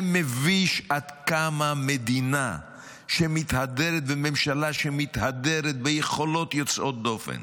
מביש עד כמה מדינה שמתהדרת וממשלה שמתהדרת ביכולות יוצאות דופן,